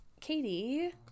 Katie